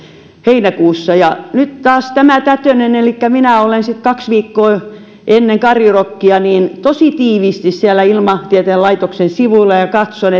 heinäkuussa ja nyt taas tämä tätönen elikkä minä olen sitten kaksi viikkoa ennen karjurockia tosi tiiviisti siellä ilmatieteen laitoksen sivuilla ja ja katson